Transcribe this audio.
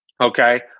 okay